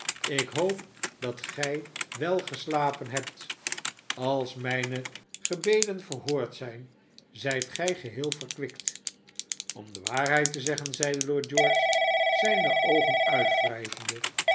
ik hoop dat gij wel geslapen hebt als mijne gebeden verhoord zijn zijt gij geheel verkwikt om de waarheid te zeggen zeide lord george zijne oogen uitwrijvende